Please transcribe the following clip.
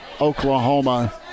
Oklahoma